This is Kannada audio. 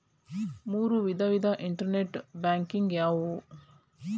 ಮೂರು ವಿಧದ ಇಂಟರ್ನೆಟ್ ಬ್ಯಾಂಕಿಂಗ್ ಯಾವುವು?